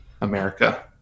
America